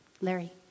Larry